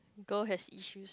girl has issue